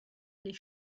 les